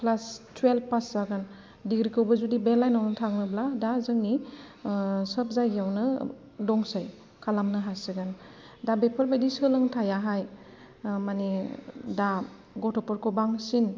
class twelve pass जागोन डिग्रिखौबो जुदि बे लाइनआवनो थाङोब्ला दा जोंनि सोब जायगायावनो दंसै खालामनो हासिगोन दा बेफैरबायदि सोलोंथायाहाय माने दा गथ'फोरखौ बांसिन